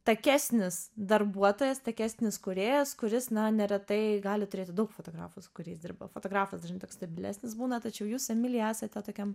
takesnis darbuotojas takesnis kūrėjas kuris na neretai gali turėti daug fotografų su kuriais dirba fotografas dažnai toks stabilesnis būna tačiau jūs su emilija esate tokiam